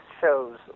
shows